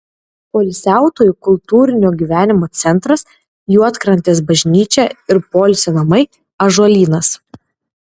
poilsiautojų kultūrinio gyvenimo centras juodkrantės bažnyčia ir poilsio namai ąžuolynas